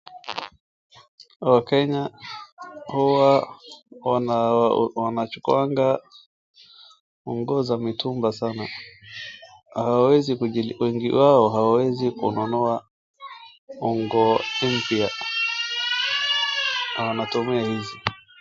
Wakenya huwa wanachukuanga nguo za mitumba sana wengi wao hawezi kunua nguo mpya na wanatumia hizi.